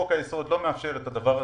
חוק-היסוד לא מאפשר את הדבר הזה.